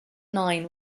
nine